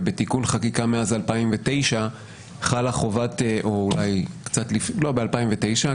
ובתיקון חקיקה מאז 2009 חלה חובה או קצת לפני 2009,